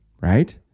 right